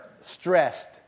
stressed